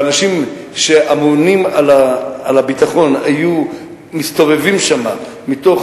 ואנשים שאמונים על הביטחון היו מסתובבים שם מתוך